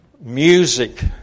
music